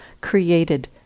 created